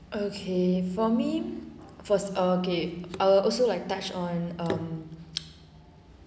okay for me first okay I'll also like touch on um